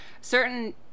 certain